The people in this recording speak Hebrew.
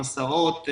הסעות,